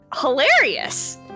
hilarious